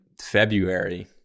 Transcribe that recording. February